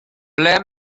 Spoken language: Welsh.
ble